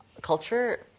culture